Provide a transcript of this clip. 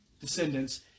descendants